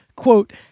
Quote